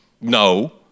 no